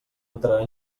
entrarà